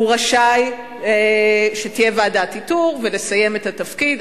הוא רשאי שתהיה ועדת איתור ולסיים את התפקיד.